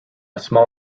small